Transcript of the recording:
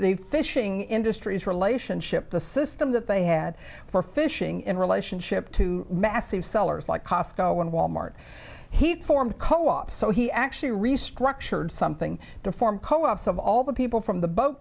the fishing industries relationship the system that they had for fishing in relationship to massive sellers like cosco when wal mart he formed co op so he actually restructured something to form co ops of all the people from the boat